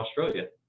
australia